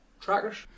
Trackers